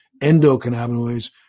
endocannabinoids